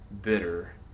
bitter